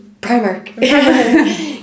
Primark